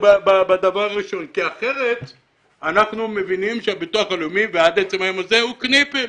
כי אחרת הביטוח הלאומי ימשיך להיות קניפעל,